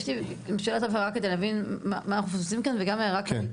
יש לי שאלת הבהרה כדי להבין מה אנחנו עושים כאן וגם הערה כללית.